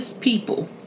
people